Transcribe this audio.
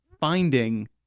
finding